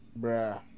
Bruh